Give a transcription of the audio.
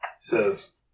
says